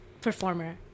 performer